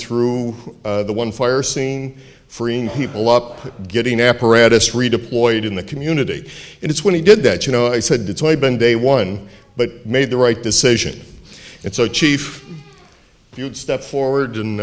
through the one fire scene freeing people up getting apparatus redeployed in the community and it's when he did that you know i said it's been day one but made the right decision and so chief if you'd step forward